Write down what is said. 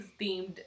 themed